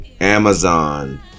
amazon